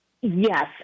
Yes